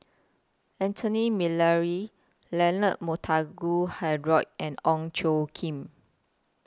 Anthony Miller Leonard Montague Harrod and Ong Tjoe Kim